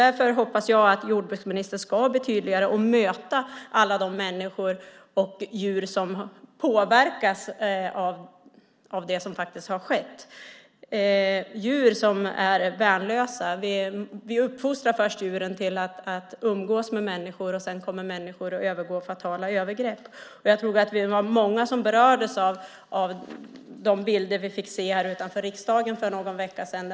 Därför hoppas jag att jordbruksministern ska bli tydligare när det gäller att behandla alla de människor och djur som påverkas av det som har skett. Djur är värnlösa. Vi uppfostrar först djuren till att umgås med människor, och sedan kommer människor och begår fatala övergrepp. Jag tror att vi var många som berördes av de bilder som vi fick se utanför riksdagen för någon vecka sedan.